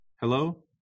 Hello